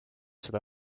seda